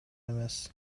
эмес